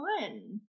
one